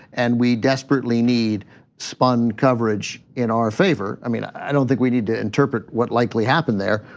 and we desperately need spun coverage in our favor. i mean, i don't think we need to interpret what likely happened there.